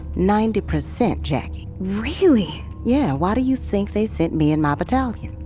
ninety percent, jacki really? yeah. why do you think they sent me and my battalion?